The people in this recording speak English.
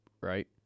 right